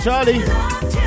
Charlie